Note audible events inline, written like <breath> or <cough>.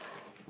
<breath>